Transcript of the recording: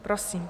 Prosím.